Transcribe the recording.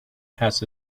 has